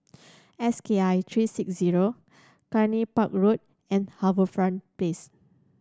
S K I three six zero Cluny Park Road and HarbourFront Place